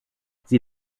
sie